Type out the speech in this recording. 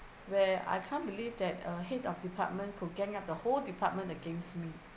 where I can't believe that a head of department could gang up the whole department against me